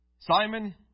Simon